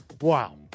Wow